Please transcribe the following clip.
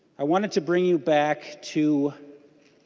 i wanted to bring you back to